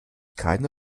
keine